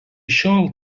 šiol